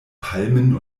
palmen